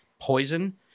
poison